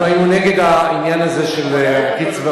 אנחנו היינו נגד העניין הזה של הקצבאות.